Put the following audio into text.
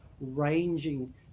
ranging